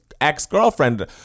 ex-girlfriend